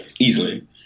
easily